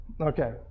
Okay